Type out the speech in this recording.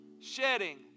shedding